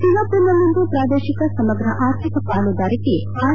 Singapore ನಲ್ಲಿಂದು ಪ್ರಾದೇಶಿಕ ಸಮಗ್ರ ಆರ್ಥಿಕ ಪಾಲುದಾರಿಕೆ ಆರ್